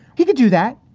he could do that.